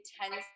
tends